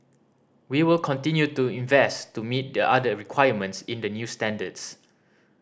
we will continue to invest to meet the other requirements in the new standards